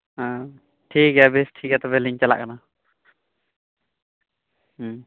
ᱦᱮᱸ ᱴᱷᱤᱠᱜᱮᱭᱟ ᱵᱮᱥ ᱴᱷᱤᱠᱜᱮᱭᱟ ᱛᱚᱵᱮᱞᱤᱧ ᱪᱟᱞᱟᱜ ᱠᱟᱱᱟ